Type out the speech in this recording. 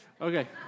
Okay